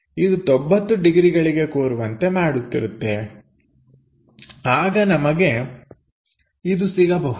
ಇದು 90 ಡಿಗ್ರಿಗಳಿಗೆ ಕೂರುವಂತೆ ಮಾಡುತ್ತಿರುತ್ತೇವೆ ಆಗ ನಮಗೆ ಇದು ಸಿಗಬಹುದು